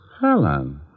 Helen